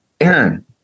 Aaron